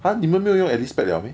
!huh! 你们没有用 alice pack liao meh